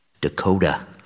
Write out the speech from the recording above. Dakota